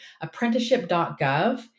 Apprenticeship.gov